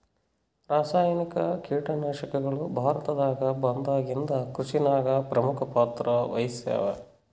ರಾಸಾಯನಿಕ ಕೀಟನಾಶಕಗಳು ಭಾರತದಾಗ ಬಂದಾಗಿಂದ ಕೃಷಿನಾಗ ಪ್ರಮುಖ ಪಾತ್ರ ವಹಿಸ್ಯಾವ